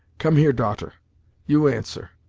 come here, daughter you answer.